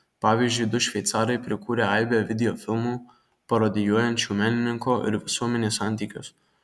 pavyzdžiui du šveicarai prikūrę aibę videofilmų parodijuojančių menininko ir visuomenės santykius